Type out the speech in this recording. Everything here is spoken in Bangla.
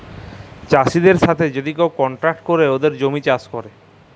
চাষীদের সাথে যদি কেউ কলট্রাক্ট বেলায় উয়াদের জমিতে চাষ ক্যরে